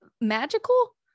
magical